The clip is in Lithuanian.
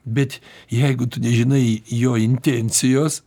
bet jeigu tu nežinai jo intencijos